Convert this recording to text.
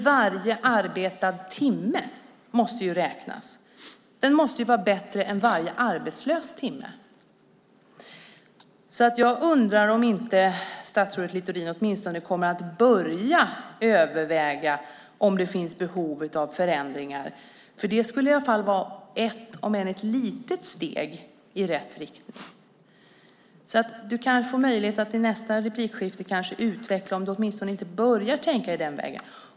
Varje arbetad timme måste ju vara bättre än varje arbetslös timme. Jag undrar om inte statsrådet Littorin åtminstone kommer att börja överväga om det finns behov av förändringar. Det skulle i alla fall vara ett, om än ett litet, steg i rätt riktning. Du kan kanske i nästa replikskifte utveckla om du inte åtminstone börjar tänka i de banorna.